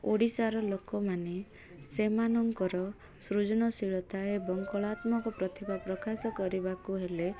ଓଡ଼ିଶାର ଲୋକମାନେ ସେମାନଙ୍କର ସୃଜନଶୀଳତା ଏବଂ କଳାତ୍ମକ ପ୍ରତିଭା ପ୍ରକାଶ କରିବାକୁ ହେଲେ